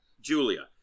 Julia